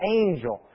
angel